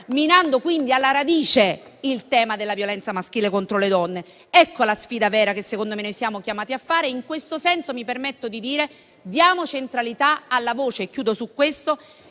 minando quindi alla radice il tema della violenza maschile contro le donne. Ecco la sfida vera a cui - secondo me - siamo chiamati. In questo senso mi permetto di proporre di dare centralità alla voce di tutti quei